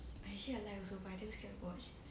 I actually like also but I damm scared to watch